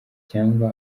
cyangwa